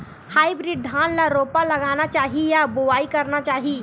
Hybrid धान ल रोपा लगाना चाही या बोआई करना चाही?